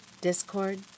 discord